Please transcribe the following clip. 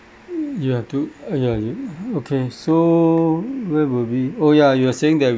you have to ah ya ya okay so where were we oh ya you are saying that